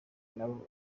nabo